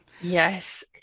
Yes